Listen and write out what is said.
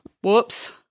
Whoops